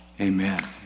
Amen